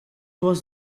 was